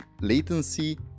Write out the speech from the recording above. latency